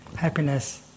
happiness